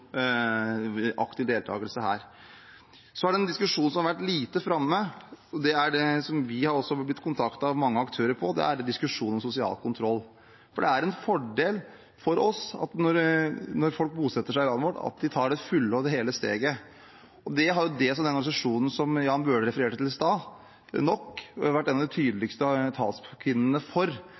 aktiv deltakelse her. Til en diskusjon som har vært lite framme: Det vi har blitt kontaktet om av mange aktører, gjelder diskusjonen om sosial kontroll. Det er en fordel for oss at folk, når de bosetter seg i landet vårt, tar det fulle og hele steget. Det har man i den organisasjonen som Jan Bøhler refererte til i stad, NOK, vært av de tydeligste talskvinnene for,